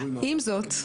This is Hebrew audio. עם זאת,